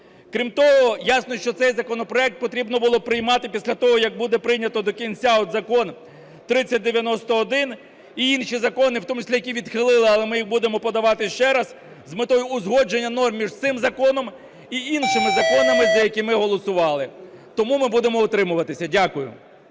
Крім того, ясно, що цей законопроект потрібно було приймати після того, як буде прийнято до кінця Закон 3091 і інші закони, в тому числі які відхилили, але ми їх будемо подавати ще раз, з метою узгодження норм між цим законом і іншими законами, за які ми голосували. Тому ми будемо утримуватися. Дякую.